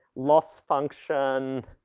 loss function.